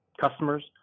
customers